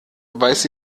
weiß